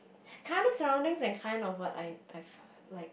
kinds of surrounding and kinds of what I I like